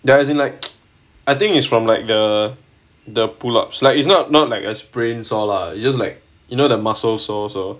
there as in like I think is from like the the pull ups like it's not not like a sprain sore lah it's just like you know the muscle sore so